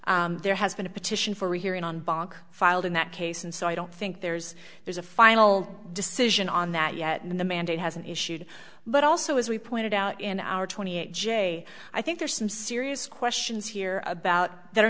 that there has been a petition for rehearing on bhaag filed in that case and so i don't think there's there's a final decision on that yet in the mandate hasn't issued but also as we pointed out in our twenty eight j i think there are some serious questions here about that